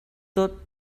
tot